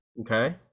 Okay